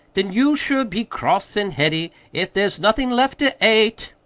then you'll sure be cross an' heady, if there's nothin' left to ate.